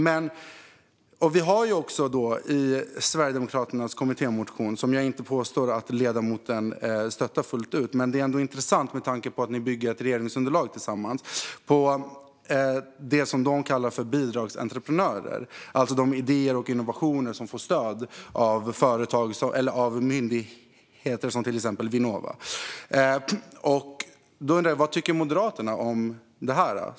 Jag påstår inte att du stöttar Sverigedemokraternas kommittémotion fullt ut, Mats Green, men med tanke på att ni bygger ett regeringsunderlag tillsammans är det ändå intressant när det gäller det som Sverigedemokraterna kallar bidragsentreprenörer, alltså de idéer och innovationer som får stöd av myndigheter som Vinnova. Vad tycker Moderaterna om detta?